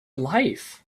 life